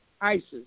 ISIS